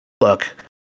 look